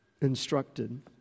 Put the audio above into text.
instructed